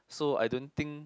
so I don't think